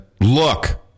look